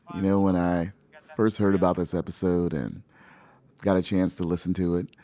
you know, when i first heard about this episode and got a chance to listen to it,